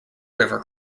river